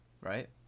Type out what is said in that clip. right